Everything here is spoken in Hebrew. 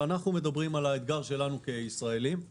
אנחנו מדברים על האתגר שלנו כישראלים.